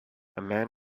man